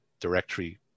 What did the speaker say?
directory